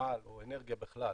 חשמל או אנרגיה בכלל,